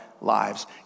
Lives